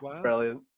Brilliant